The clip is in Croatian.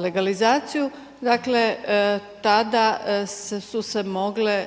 legalizaciju, dakle tada su se mogle